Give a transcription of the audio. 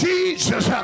Jesus